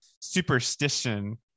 superstition